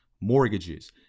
mortgages